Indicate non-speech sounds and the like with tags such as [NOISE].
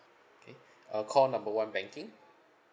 okay [BREATH] uh call number one banking